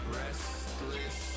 restless